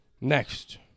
Next